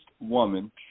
woman